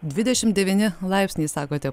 dvidešim devyni laipsniai sakote